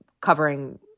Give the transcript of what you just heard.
covering